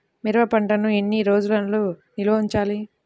మిరప పంటను ఎన్ని రోజులు నిల్వ ఉంచాలి?